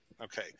Okay